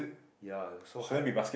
ya it was so hype